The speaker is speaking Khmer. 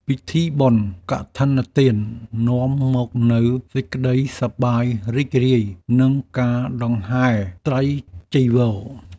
ពិធីបុណ្យកឋិនទាន នាំមកនូវសេចក្តីសប្បាយរីករាយ និងការដង្ហែត្រៃចីវរ។